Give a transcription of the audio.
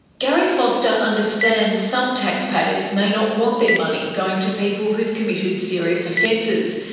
gary foster understands some taxpayers may not want their money going to people who've committed serious offences.